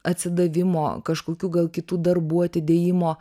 atsidavimo kažkokių gal kitų darbų atidėjimo